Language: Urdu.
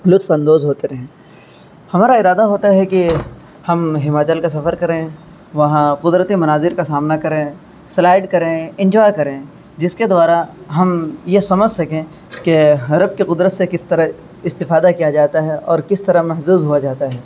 لطف اندوز ہوتے ہیں ہمارا ارادہ ہوتا ہے کہ ہم ہماچل کا سفر کریں وہاں قدرتی مناظر کا سامنا کریں سلائڈ کریں انجوائے کریں جس کے دوارا ہم یہ سمجھ سکیں کہ حرب کے قدرت سے کس طرح استفادہ کیا جاتا ہے اور کس طرح محظوظ ہوا جاتا ہے